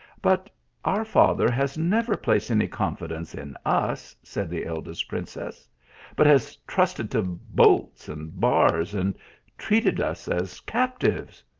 but our father has never placed any confidence in us, said the eldest princess but has trusted to bolts and bars, and treated us as captives.